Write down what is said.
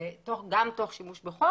גם תוך שימוש בכוח,